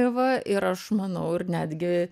va ir aš manau ir netgi